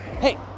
Hey